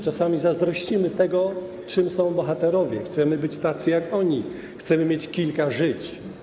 Czasami zazdrościmy tego, kim są bohaterowie, chcemy być tacy, jak oni, chcemy mieć kilka żyć.